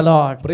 Lord